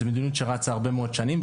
זו מדיניות שרצה הרבה מאוד שנים,